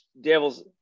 devils